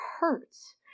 hurts